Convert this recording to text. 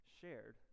shared